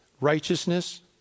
righteousness